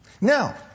Now